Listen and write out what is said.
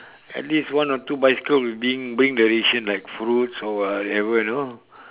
at least one or two bicycle will bring bring the ration like fruits or whatever you know